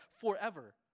forever